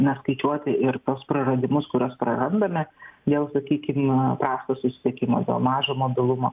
na skaičiuoti ir tuos praradimus kuriuos prarandame dėl sakykim prasto susisiekimo dėl mažo mobilumo